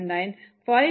26 10